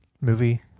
movie